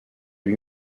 lui